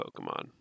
Pokemon